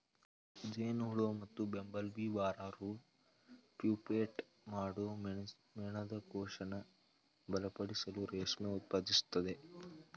ಜೇನುಹುಳು ಮತ್ತುಬಂಬಲ್ಬೀಲಾರ್ವಾವು ಪ್ಯೂಪೇಟ್ ಮಾಡೋ ಮೇಣದಕೋಶನ ಬಲಪಡಿಸಲು ರೇಷ್ಮೆ ಉತ್ಪಾದಿಸ್ತವೆ